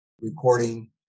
recording